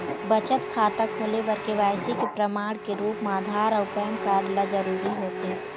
बचत खाता खोले बर के.वाइ.सी के प्रमाण के रूप म आधार अऊ पैन कार्ड ल जरूरी होथे